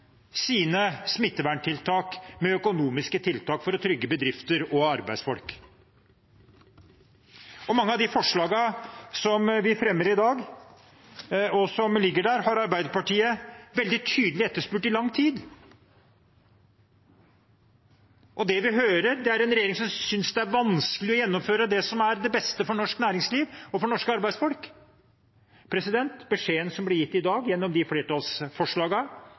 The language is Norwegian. sine smitteverntiltak med økonomiske tiltak for å trygge bedrifter og arbeidsfolk. Mange av de forslagene som vi fremmer i dag, og som ligger der, har Arbeiderpartiet veldig tydelig etterspurt i lang tid, og det vi hører, er en regjering som synes det er vanskelig å gjennomføre det som er det beste for norsk næringsliv og for norske arbeidsfolk. Beskjeden som blir gitt i dag, gjennom de